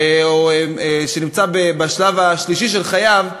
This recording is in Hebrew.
שנמצא בשלב השלישי של חייו,